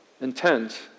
intent